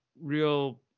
real